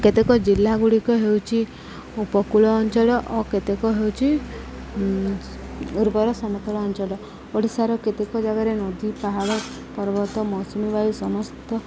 କେତେକ ଜିଲ୍ଲାଗୁଡ଼ିକ ହେଉଚି ଉପକୂଳ ଅଞ୍ଚଳ ଓ କେତେକ ହେଉଚି ଉର୍ବର ସମତଳ ଅଞ୍ଚଳ ଓଡ଼ିଶାର କେତେକ ଜାଗାରେ ନଦୀ ପାହାଡ଼ ପର୍ବତ ମୌସୁମୀ ବାୟୁ ସମସ୍ତ